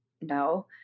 No